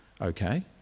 okay